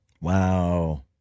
Wow